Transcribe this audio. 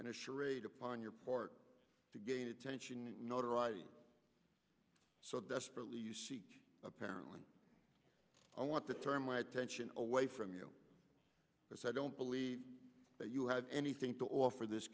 and a charade upon your part to gain attention notoriety so desperately you see apparently i want to turn my attention away from you because i don't believe that you have anything to offer this